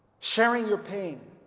sharing your pain